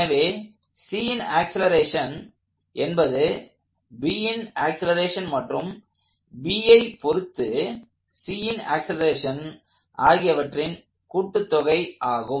எனவே Cன் ஆக்ஸலரேஷன் என்பது Bன் ஆக்ஸலரேஷன் மற்றும் Bஐ பொருத்து Cன் ஆக்ஸலரேஷன் ஆகியவற்றின் கூட்டுத் தொகை ஆகும்